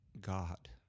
God